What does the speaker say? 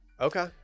Okay